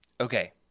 Okay